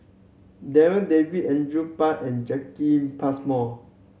Darryl David Andrew Phang and Jacki Passmore